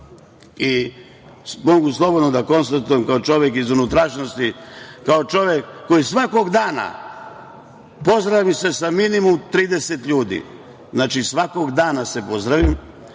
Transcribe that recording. i mogu slobodno da konstatujem, kao čovek iz unutrašnjosti, kao čovek koji se svakog dana pozdravi sa minimum 30 ljudi, znači svakog dana se pozdravim,